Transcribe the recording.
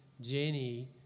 Jenny